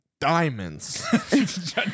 Diamonds